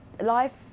life